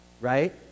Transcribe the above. right